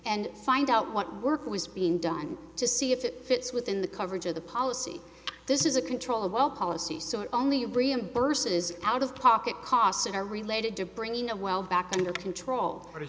and find out what work was being done to see if it fits within the coverage of the policy this is a control of all policy so it only reimburses out of pocket costs that are related to bringing a well back under control on the